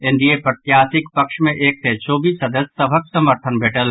NDA प्रत्याशीक पक्ष मे एक सय चौबीस सदस्य सभक समर्थन भेटल